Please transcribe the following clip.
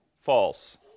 False